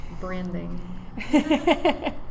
Branding